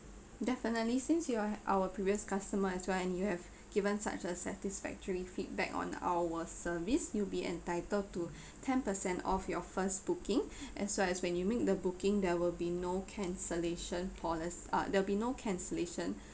definitely since you are our previous customer as well and you have given such as satisfactory feedback on our service you'll be entitled to ten percent off your first booking as well as when you make the booking there will be no cancellation poli~ uh there will be no cancellation